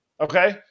Okay